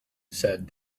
said